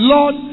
Lord